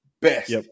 best